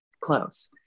close